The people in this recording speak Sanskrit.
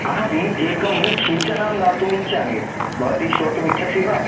अहं एकं सूचनां दातुमिच्छामि भवती श्रोतुमिच्छसि वा